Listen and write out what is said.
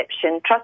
trust